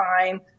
fine